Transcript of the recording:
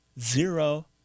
Zero